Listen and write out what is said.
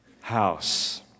house